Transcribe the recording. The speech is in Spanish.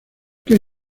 que